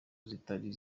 zitari